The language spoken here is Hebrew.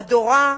אדורה,